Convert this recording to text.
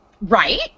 Right